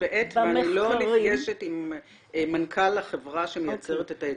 בעט ואני לא נפגשת עם מנכ"ל החברה שמייצרת את העט.